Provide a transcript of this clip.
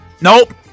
nope